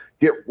get